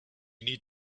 need